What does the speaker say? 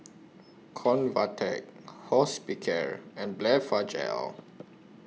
Convatec Hospicare and Blephagel